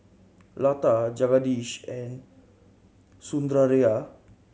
Lata Jagadish and Sundaraiah